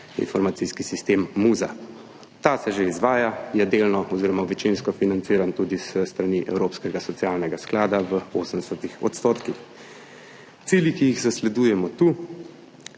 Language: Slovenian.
informacijski sistem MUZA. Ta se že izvaja, je delno oziroma večinsko financiran tudi s strani Evropskega socialnega sklada v 80 %. Cilji, ki jih zasledujemo tu,